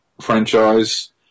franchise